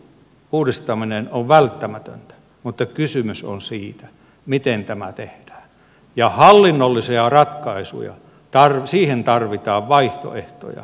uudistaminen on välttämätöntä mutta kysymys on siitä miten tämä tehdään ja hallinnollisiin ratkaisuihin tarvitaan vaihtoehtoja